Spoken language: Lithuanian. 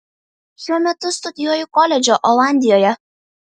šiuo metu studijuoju koledže olandijoje